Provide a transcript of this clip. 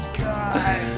god